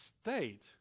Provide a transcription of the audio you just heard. state